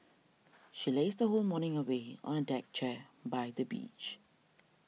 she lazed her whole morning away on a deck chair by the beach